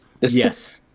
Yes